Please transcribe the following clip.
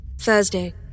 Thursday